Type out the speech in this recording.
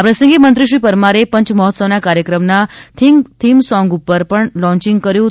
આ પ્રસંગે મંત્રી શ્રી પરમારે પંચમહોત્સવના કાર્યક્રમના થીમસોંગ પણ લોન્વીંગ કર્યું હતું